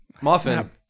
Muffin